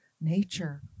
nature